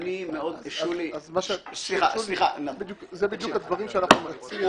אלה בדיוק הדברים שאנחנו נציע.